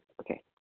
Okay